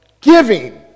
giving